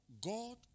God